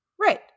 Right